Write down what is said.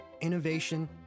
innovation